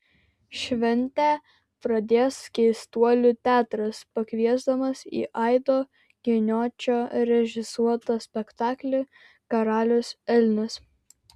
šventę pradės keistuolių teatras pakviesdamas į aido giniočio režisuotą spektaklį karalius elnias